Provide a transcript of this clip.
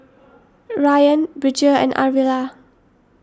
Rayan Bridger and Arvilla